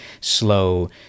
slow